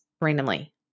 randomly